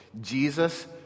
Jesus